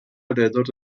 alrededor